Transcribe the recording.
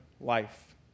life